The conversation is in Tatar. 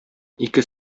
ике